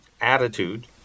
attitude